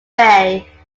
bay